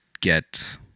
get